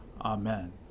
Amen